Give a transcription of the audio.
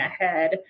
ahead